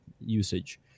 usage